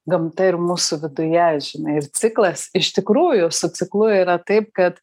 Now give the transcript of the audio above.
gamta yra mūsų viduje žinai ir ciklas iš tikrųjų su ciklu yra taip kad